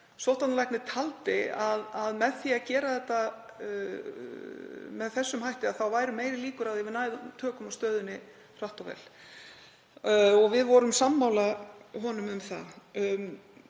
sóttvarnalæknir taldi að með því að gera það með þeim hætti væru meiri líkur á að við næðum tökum á stöðunni hratt og vel. Við vorum sammála honum um það.